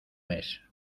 mes